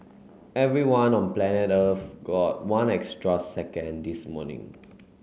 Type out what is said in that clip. everyone on planet Earth got one extra second this morning